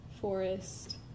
forest